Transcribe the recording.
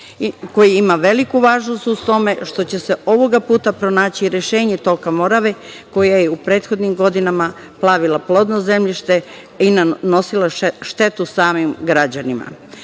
koji ima veliku važnost u tome što će se ovoga puta pronaći rešenje toka Morave koja je u prethodnim godinama plavila plodno zemljište i nanosila štetu samim građanima.S